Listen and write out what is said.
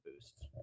boost